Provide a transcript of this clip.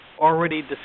already